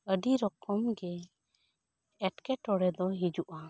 ᱟᱹᱰᱤ ᱨᱚᱠᱚᱢᱜᱮ ᱮᱴᱠᱮᱴᱚᱬᱮ ᱫᱚ ᱦᱤᱡᱩᱜᱼᱟ